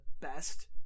best